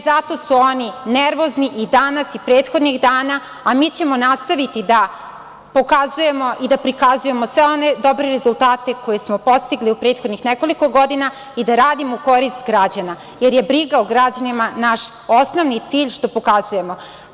Zato su oni nervozni i danas i prethodnih dana, a mi ćemo nastaviti da pokazujemo i da prikazujemo sve one dobre rezultate koje smo postigli u prethodnih nekoliko godina i da radimo u korist građana, jer je briga o građanima naš osnovni cilj što pokazujemo.